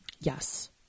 Yes